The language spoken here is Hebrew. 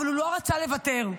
אבל לא רצה לוותר.